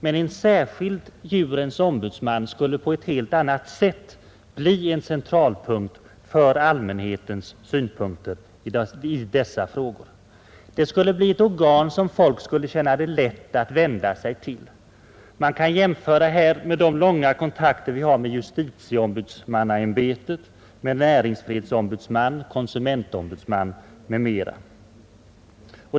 Men en särskild djurens ombudsman skulle på ett helt annat sätt bli en centralpunkt för allmänhetens synpunkter i dessa frågor. Det skulle bli ett organ som folk skulle känna det lätt att vända sig till. Man kan här jämföra med den långa kännedom vi har av justitieombudsmannaämbetet och senare med näringsfrihetsombudsmannen, konsumentombudsmannen m.fl.